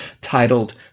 titled